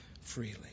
freely